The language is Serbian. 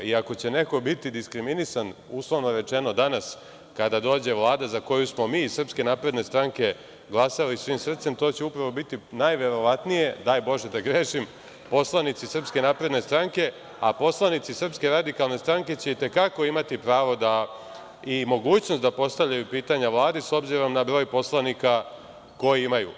I, ako će neko biti diskriminisan, uslovno rečeno danas kada dođe Vlada, za koju smo mi iz SNS glasali svim srcem, to će upravo biti, najverovatnije, daj Bože da grešim, poslanici SNS, a poslanici SRS će itekako imati pravo i mogućnost da postavljaju pitanja Vladi, s obzirom na broj poslanika koji imaju.